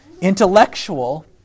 intellectual